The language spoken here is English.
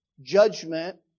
judgment